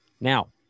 Now